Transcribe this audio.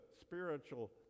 spiritual